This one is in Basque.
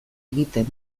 egiten